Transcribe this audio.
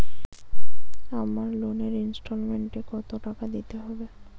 আমার লোনের ইনস্টলমেন্টৈ কত টাকা দিতে হবে?